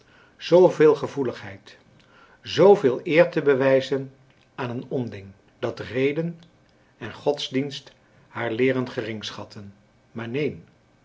veel gevoeligheid zooveel eer te bewijzen aan een onding dat reden en godsdienst haar leeren geringschatten maar neen